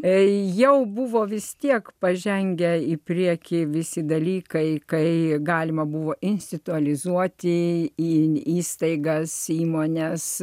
tai jau buvo vis tiek pažengę į priekį visi dalykai kaip galima buvo institualizuoti į įstaigas įmones